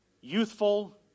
Youthful